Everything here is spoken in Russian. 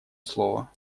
слова